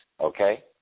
okay